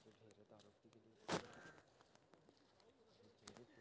हम mobile phone पर रोज बाजार के भाव के जानकारी केना ले सकलिये?